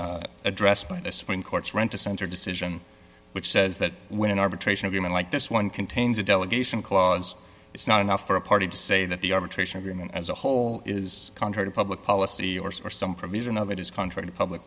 by addressed by the supreme court's rent a center decision which says that when an arbitration of human like this one contains a delegation clause it's not enough for a party to say that the arbitration agreement as a whole is contrary to public policy or some provision of it is contrary to public